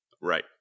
Right